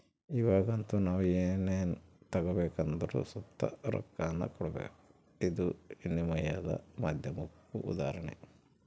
ಇವಾಗಂತೂ ನಾವು ಏನನ ತಗಬೇಕೆಂದರು ಸುತ ರೊಕ್ಕಾನ ಕೊಡಬಕು, ಇದು ವಿನಿಮಯದ ಮಾಧ್ಯಮುಕ್ಕ ಉದಾಹರಣೆ